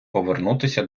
повернутися